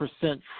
percent